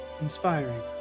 Inspiring